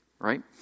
right